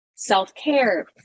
Self-care